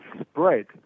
spread